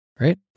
right